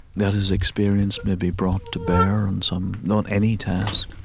that his experience may be brought to bear on some not any task,